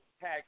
Tag